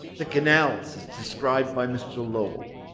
the canals as described by mr. lowell.